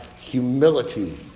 humility